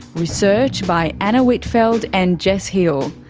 research by anna whitfeld and jess hill,